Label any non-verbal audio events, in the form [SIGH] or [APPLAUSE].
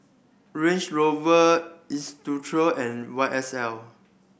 Range Rover [UNINTELLIGIBLE] and Y S L